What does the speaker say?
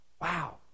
Wow